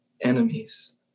enemies